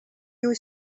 you